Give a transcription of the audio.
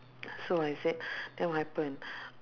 so I said then what happen